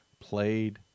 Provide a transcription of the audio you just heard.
played